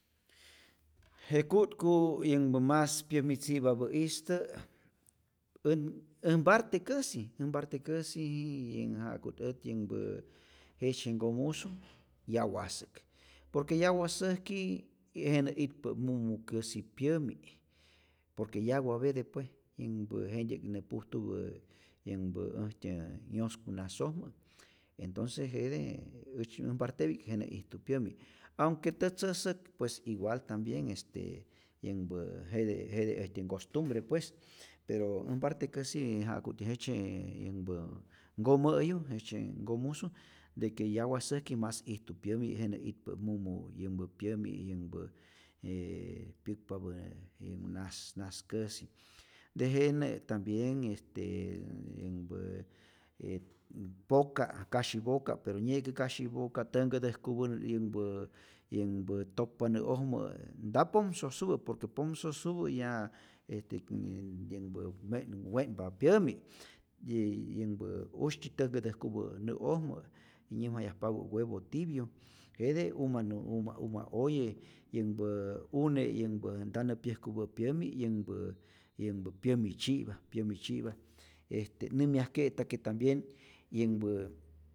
Je ku'tkuu yänhpä mas pyämitzi'papä'istä, än äj mpartekäsi äj mpartekäsiiii yänh ja'ku't ät yänhpä jejtzye nkomusu yawasäk, por que yawasäjki jenä itpä' mumu käsi pyämi', por que yawapete pue, yänhpä jentyä'k nä pujtupä yänhpä äjtyä yosku nasojmä entonce jete ätzyji'k äj mpartepi'k jenä ijtu pyämi', aunque tätzäsäk pues igual tambien, este yänhpä jete jete äjtyä nkostumbre pues, pero äj mpartekäsi ja'ku't jejtzy yänhpä nkomä'yu jejtzye nkomusu de que yawasäjki mas ijtu pyämi' jenä itpä' mumu yanhpä pyämi yänhpä j pyäkpapä je najs najs'käsi, tejenä tambien este yänhpä ee poka' kasyi'poka, pero nye'kä kasyi'poka' tänhkätäjkupä yänhpä yanhpä tokpa nä'ojmä, nta ponhsosupä por que ponhsosupä ya este nnn- yanhpa we' we'npa pyämi', yy yänhpä usyti tänhkätäjkupä nä'ojmä, nyäjmayajpapä huevo tibio, jete umanä uma uma oye, yänhpää une' yanhpä nta nä pyäjkupä' pyämi' yanhpä yänhpä pyämi tzyi'pa, pyämi tzyi'pa, este nämyajke'ta que tambien yänhpä.